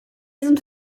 sind